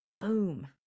Boom